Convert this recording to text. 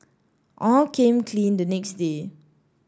all came clean the next day